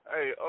Hey